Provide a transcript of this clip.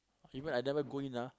even I never go in ah